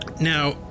Now